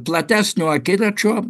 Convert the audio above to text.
platesnio akiračio